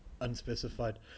unspecified